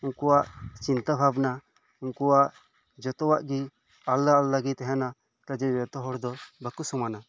ᱩᱱᱠᱩᱣᱟᱜ ᱪᱤᱱᱛᱟ ᱵᱷᱟᱵᱽᱱᱟ ᱩᱱᱠᱩᱣᱟᱜ ᱡᱷᱚᱛᱚᱣᱟᱜ ᱜᱮ ᱟᱞᱟᱫᱟ ᱟᱞᱟᱫᱟ ᱜᱮ ᱛᱟᱦᱮᱱᱟ ᱠᱟᱡᱮᱭ ᱡᱷᱚᱛᱚ ᱦᱚᱲ ᱫᱚ ᱵᱟᱠᱚ ᱥᱚᱢᱟᱱᱟ